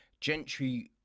Gentry